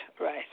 right